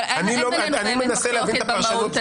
אני מנסה להבין את הפרשנות.